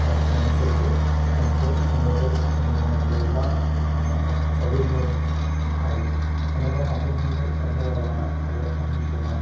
മാറ്റത്തിനനുസരിച്ച് നമുക്ക് മുന്നോട്ടു നീങ്ങുവാനുള്ള എല്ലാ സൗകര്യങ്ങളും ആയി സമൂഹ മാധ്യങ്ങളുടെ കടന്നുവരവാണ് അത് അതിൽ പ്രധാനം